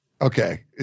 Okay